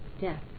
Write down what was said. death